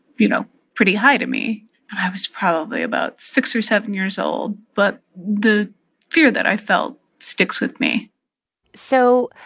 you know, pretty high to me. and i was probably about six or seven years old, but the fear that i felt sticks with me so,